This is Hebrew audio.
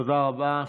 תודה רבה.